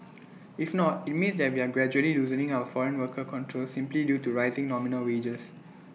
if not IT means that we are gradually loosening our foreign worker controls simply due to rising nominal wages